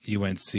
UNC